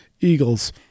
eagles